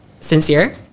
sincere